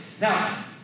Now